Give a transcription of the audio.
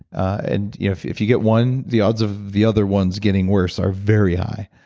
and if if you get one the odds of the other ones getting worse are very high.